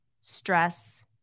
stress